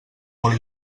molt